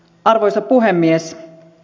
arvoisa puhemies